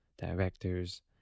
directors